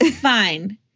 fine